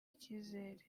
icyizere